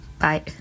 Bye